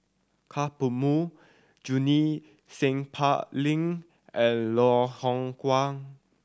Ka Perumal Junie Sng Poh Leng and Loh Hoong Kwan